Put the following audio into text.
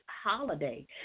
holiday